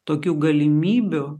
tokių galimybių